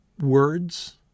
words